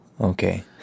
Okay